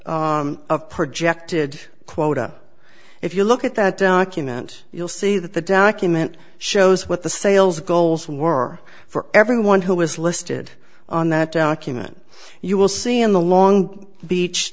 of projected quota if you look at that document you'll see that the document shows what the sales goals from were for everyone who is listed on that document you will see in the long beach